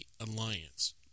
alliance